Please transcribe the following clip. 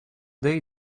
day